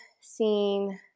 seeing